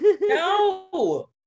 No